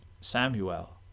Samuel